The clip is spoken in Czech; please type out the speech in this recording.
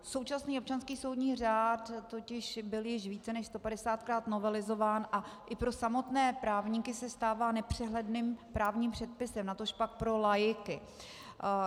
Současný občanský soudní řád totiž byl již více než 150krát novelizován a i pro samotné právníky se stává nepřehledným právním předpisem, natožpak pro laiky.